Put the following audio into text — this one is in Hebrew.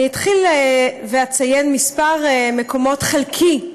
אני אתחיל ואציין מספר מקומות חלקי,